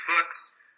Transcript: books